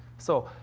so,